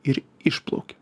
ir išplaukia